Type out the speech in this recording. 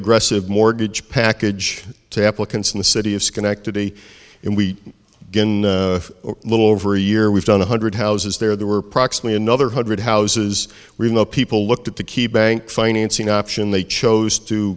aggressive mortgage package to applicants in the city of schenectady and we begin a little over a year we've done one hundred houses there were approximately another hundred houses we know people looked at the key bank financing option they chose to